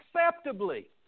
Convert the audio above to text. acceptably